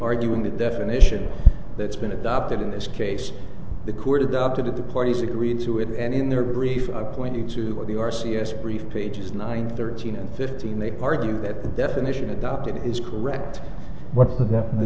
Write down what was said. arguing the definition that's been adopted in this case the court adopted it the parties agreed to it and in their grief i pointed to the r c s brief pages nine thirteen and fifteen they argue that the definition adopted is correct what's the